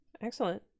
Excellent